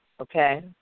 okay